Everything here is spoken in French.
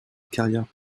carrière